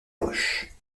roches